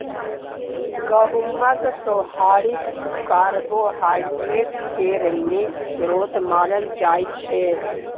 गहुँमक सोहारी कार्बोहाइड्रेट केर नीक स्रोत मानल जाइ छै